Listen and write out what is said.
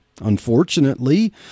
Unfortunately